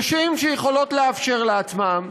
נשים שיכולות לאפשר לעצמן,